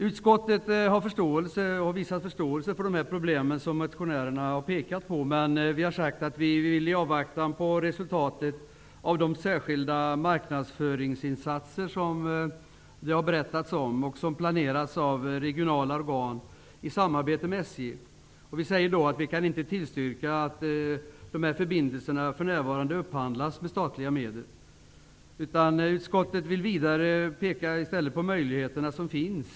Utskottet har visat förståelse för de problem som motionärerna har pekat på, men vi har sagt att vi vill avvakta resultatet av de särskilda marknadsföringsinsatser som planeras av regionala organ i samarbete med SJ som det har berättats om. Vi kan för närvarande inte tillstyrka att dessa förbindelser upphandlas med statliga medel. Utskottet vill vidare peka på de övriga möjligheter som finns.